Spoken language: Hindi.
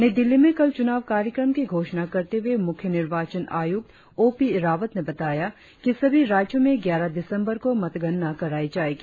नई दिल्ली में कल चूनाव कार्यक्रम की घोषणा करते हुए मुख्य निर्वाचन आयुक्त ओ पी रावत ने बताया कि सभी राज्यों में ग्यारह दिसंबर को मतगणना कराई जाएगी